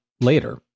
later